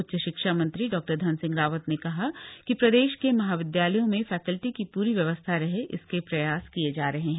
उच्च शिक्षा मंत्री डॉ धन सिंह रावत ने कहा कि प्रदेश के महाविद्यालयों में फ़कल्टी की प्री व्यवस्था रहे इसके प्रयास किये जा रहे हैं